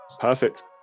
perfect